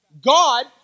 God